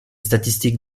statistiques